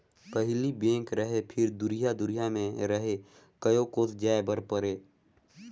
पहिली बेंक रहें फिर दुरिहा दुरिहा मे रहे कयो कोस जाय बर परे